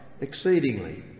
exceedingly